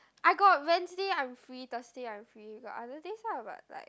I got Wednesday I'm free Thursday I'm free got other days ah but like